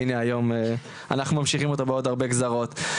והנה היום אנחנו ממשיכים אותו בעוד הרבה גזרות.